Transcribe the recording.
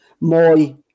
Moy